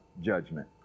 judgment